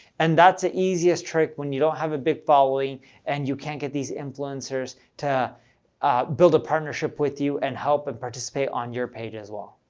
and that's the easiest trick when you don't have a big following and you can't get these influencers to build a partnership with you and help and participate on your page as well.